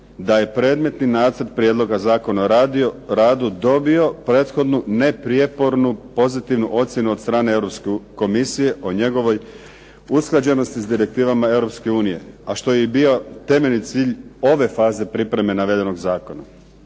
da je predmetni Nacrt prijedloga zakona o radu dobio prethodnu neprijepornu pozitivnu ocjenu od strane Europske komisije o njegovoj usklađenosti sa direktivama Europske unije, a što je i bio temeljni cilj ove faze pripreme navedenog zakona